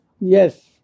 Yes